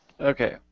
okay